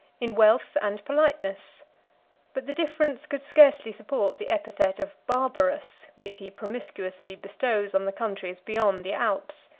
in wealth and politeness but the difference could scarcely support the epithet of barbarous, which he promiscuously bestows on the countries beyond the alps.